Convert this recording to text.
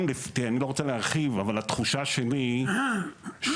אני לא רוצה להרחיב אבל התחושה שלי שההסתדרות,